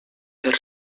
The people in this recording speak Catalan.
per